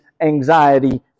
anxiety